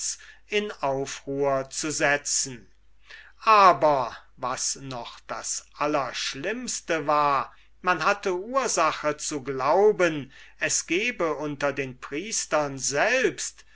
in aufruhr zu setzen aber was noch das allerschlimmste war man hatte ursache zu glauben daß es unter den priestern selbst